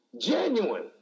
genuine